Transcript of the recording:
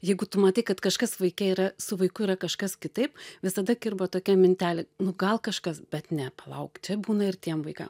jeigu tu matai kad kažkas vaike yra su vaiku yra kažkas kitaip visada kirba tokia mintelė nu gal kažkas bet ne palauk čia būna ir tiem vaika